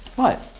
what?